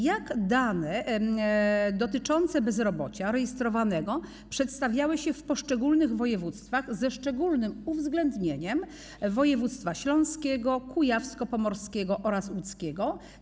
Jak dane dotyczące rejestrowanego bezrobocia przedstawiały się w poszczególnych województwach, ze szczególnym uwzględnieniem województw śląskiego, kujawsko-pomorskiego oraz łódzkiego?